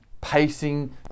pacing